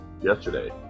yesterday